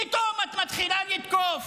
ופתאום את מתחילה לתקוף